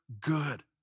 good